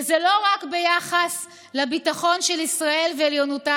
וזה לא רק ביחס לביטחון של ישראל ועליונותה